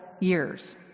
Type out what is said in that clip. years